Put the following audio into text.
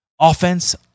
offense